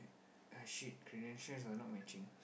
ah shit credentials are not matching